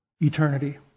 eternity